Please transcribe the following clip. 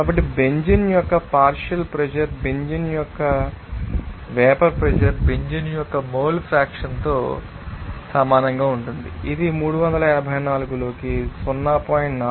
కాబట్టి బెంజీన్ యొక్క partial pressure benzene యొక్క వేపర్ ప్రెషర్ బెంజీన్ యొక్క మోల్ ఫ్రాక్షన్ తో సమానంగా ఉంటుంది ఇది 384 లోకి 0